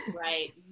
right